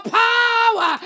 power